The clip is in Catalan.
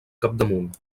capdamunt